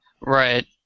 right